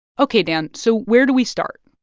ok, dan, so where do we start?